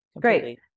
Great